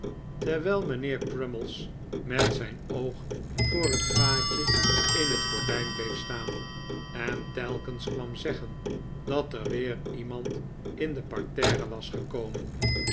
terwijl mijnheer crummies met zijn oog voor het gaatje in het gordijn bleef staan en telkens kwam zeggen dat er weer iemand in de parterre was gekomen